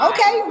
Okay